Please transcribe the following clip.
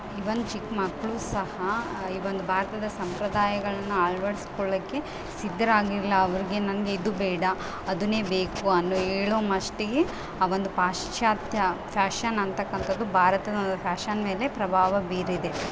ಇವನ್ ಚಿಕ್ಕ ಮಕ್ಕಳು ಸಹ ಇವೊಂದು ಭಾರತದ ಸಂಪ್ರದಾಯಗಳ್ನ ಅಳ್ವಡಿಸ್ಕೊಳಕೆ ಸಿದ್ಧರಾಗಿಲ್ಲ ಅವರಿಗೆ ನನಗಿದು ಬೇಡ ಅದು ಬೇಕು ಅನ್ನು ಹೇಳೋ ಮಸ್ಟಿಗೆ ಆವೊಂದು ಪಾಶ್ಚಾತ್ಯ ಫ್ಯಾಷನ್ ಅಂತಕ್ಕಂಥದ್ದು ಭಾರತದ ಫ್ಯಾಷನ್ ಮೇಲೆ ಪ್ರಭಾವ ಬೀರಿದೆ